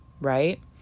right